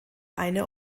eine